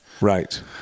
Right